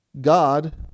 God